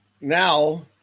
now